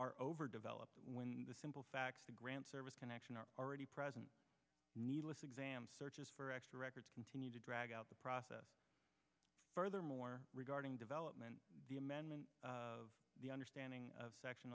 are over developed when the simple facts to grant service connection are already present needless exam searches for records continue to drag out the process furthermore regarding development the amendment of the understanding of section